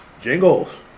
Jingles